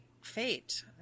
Fate